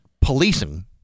policing